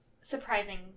surprising